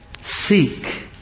seek